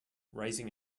raising